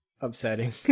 upsetting